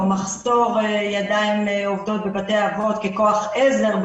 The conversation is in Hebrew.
מחסור בידיים עובדות בבתי האבות ככוח עזר,